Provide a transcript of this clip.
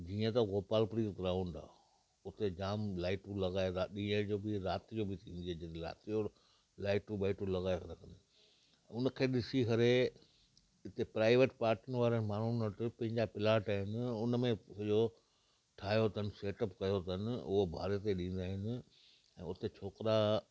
जीअं त गोपालपुरी ग्राऊंड आहे उते जामु लाईटूं लॻाए रा ॾींहं जो बि राति जो बि थींदी आहे जिन राति जो लाईटूं ॿाईटूं लॻाए रखंदा आहिनि उन खे ॾिसी करे इते प्राईविट पार्टियुनि वारे माण्हुनि वटि पंहिंजा प्लाट आहिनि उन में सॼो ठाहियो अथनि सेट बि कयो अथनि उहो भाड़े ॾींदा आहिनि ऐं उते छोकिरा